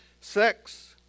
sex